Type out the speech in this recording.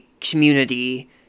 community